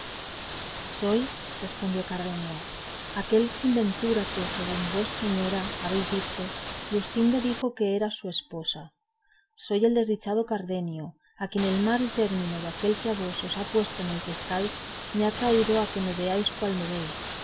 soy respondió cardenio aquel sin ventura que según vos señora habéis dicho luscinda dijo que era su esposa soy el desdichado cardenio a quien el mal término de aquel que a vos os ha puesto en el que estáis me ha traído a que me veáis cual me veis